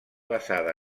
basada